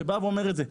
שבא ואומר את זה.